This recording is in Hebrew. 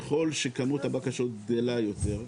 ככל שכמות הבקשות גדלה יותר,